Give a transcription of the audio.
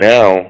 Now